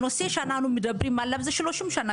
הנושא הזה שאנחנו מדברים עליו קיים 30 שנה,